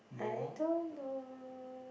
I don't know